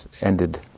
ended